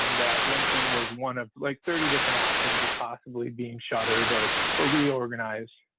um that lincoln was one of like thirty different options of possibly being shuttered or or reorganized.